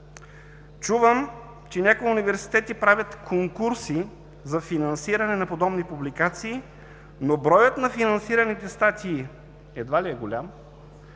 Чувам, че някои университети правят конкурси за финансиране на подобни публикации, но броят на финансираните статии едва ли е голям,